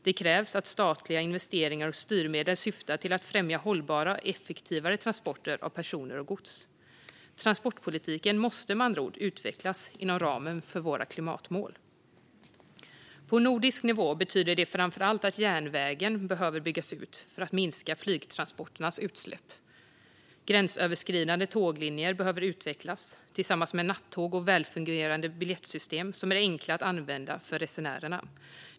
Det krävs att statliga investeringar och styrmedel syftar till att främja hållbara och effektivare transporter av personer och gods. Transportpolitiken måste med andra ord utvecklas inom ramen för våra klimatmål. På nordisk nivå betyder detta framför allt att järnvägen behöver byggas ut för att minska flygtransporternas utsläpp. Gränsöverskridande tåglinjer behöver utvecklas tillsammans med nattåg och välfungerande biljettsystem som är enkla att använda för resenärerna.